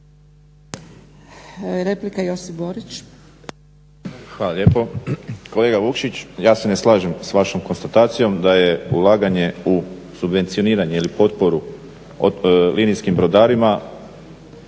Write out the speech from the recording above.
**Borić, Josip (HDZ)** Hvala lijepo. Kolega Vukšić, ja se ne slažem sa vašom konstatacijom da je ulaganje u subvencioniranje ili potporu linijskim brodarima